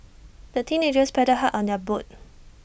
the teenagers paddled hard on their boat